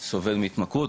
סובל מהתמכרות,